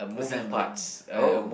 oh